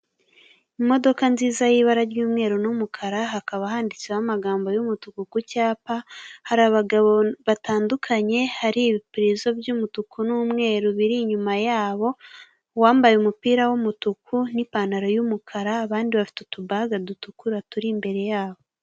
Imodoka nziza y'ibara ry'umweru n'umukara hakaba handitseho amagambo y'umutuku ku cyapa, hari abagabo batandukanye hari ibipurizo by'umutuku n'umweru biri inyuma yabo, uwambaye umupira w'umutuku n'ipantaro y'umukara abandi bafite utubaga dutukura turi imbere yabo.